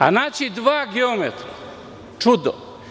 A naći dva geometra – čudo.